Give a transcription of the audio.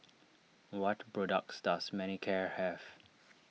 what products does Manicare have